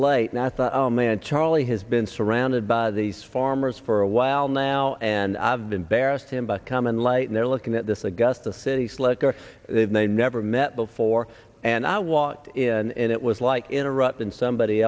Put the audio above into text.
late and i thought oh man charlie has been surrounded by these farmers for a while now and i've been bearish him but come in light and they're looking at this augusta city slicker they've never met before and i walked in and it was like interrupt in some